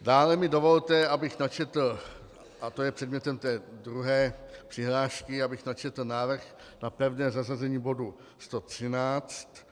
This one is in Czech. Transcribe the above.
Dále mi dovolte, abych načetl a to je předmětem té druhé přihlášky návrh na pevné zařazení bodu 113.